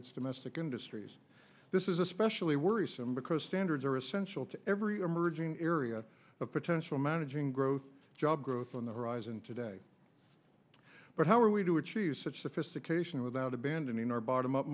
its domestic industries this is especially worrisome because standards are essential to every emerging area of potential managing growth job growth on the horizon today but how are we to achieve such sophistication without abandoning our bottom up